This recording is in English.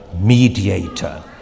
mediator